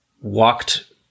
walked